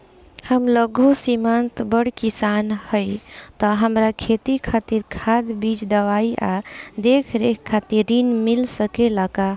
हम लघु सिमांत बड़ किसान हईं त हमरा खेती खातिर खाद बीज दवाई आ देखरेख खातिर ऋण मिल सकेला का?